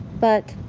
but.